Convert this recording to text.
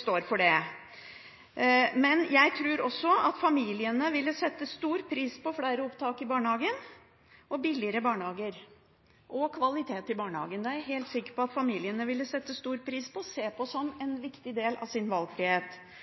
står for det. Jeg tror at familiene ville satt stor pris på flere opptak i barnehagen, billigere barnehager og kvalitet i barnehagen. Det er jeg helt sikker på at familiene ville satt stor pris på og sett på som en